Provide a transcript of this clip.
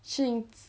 适应